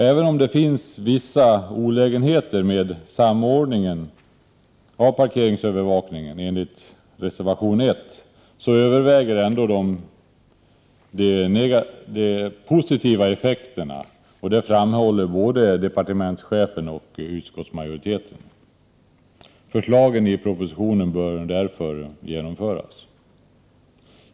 Även om det finns vissa olägenheter med samordningen av parkeringsövervakningen enligt reservation 1, överväger ändå de positiva effekterna. Det framhåller både departementschefen och utskottsmajoriteten. Förslagen i propositionen bör därför genomföras.